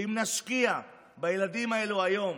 ואם נשקיע בילדים האלה היום